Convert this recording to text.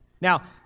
Now